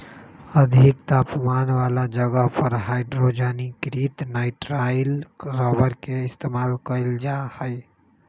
अधिक तापमान वाला जगह पर हाइड्रोजनीकृत नाइट्राइल रबर के इस्तेमाल कइल जा हई